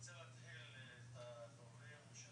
כלל תוכניות כוללניות יש סימון גם של